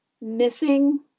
missing